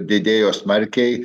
didėjo smarkiai